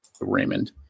Raymond